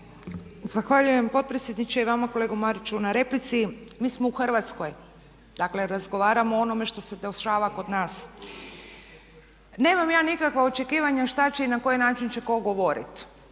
Zahvaljujem potpredsjedniče i vama kolega Mariću na replici. Mi smo u Hrvatskoj, dakle razgovaramo o onome što se dešava kod nas. Nemam ja nikakva očekivanja šta će i na koji način će tko govoriti.